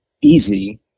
easy